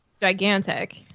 gigantic